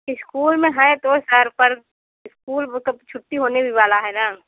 school में है तो सर पर इस्कूल म कब छुट्टी होने भी वाला है ना